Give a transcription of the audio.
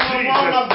Jesus